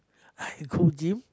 I go gym